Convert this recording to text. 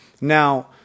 now